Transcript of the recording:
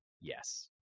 yes